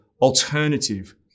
alternative